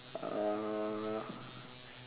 uh